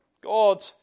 God